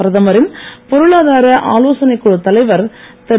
பிரதமரின் பொருளாதார ஆலோசனைக் குழுத் தலைவர் திரு